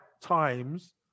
times